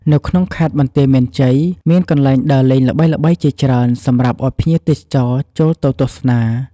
នៅក្នុងខេត្តបន្ទាយមានជ័យ មានកន្លែងដើរលេងល្បីៗជាច្រើនសម្រាប់ឲ្យភ្ញៀវទេសចរណ៌ចូលទៅទស្សនា។